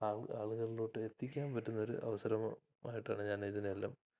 ആൾ ആളുകളിലോട്ട് എത്തിക്കാൻ പറ്റുന്നൊര് അവസരമായിട്ടാണ് ഞാനിതിനെ എല്ലാം